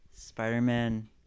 Spider-Man